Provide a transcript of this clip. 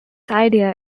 idea